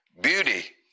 beauty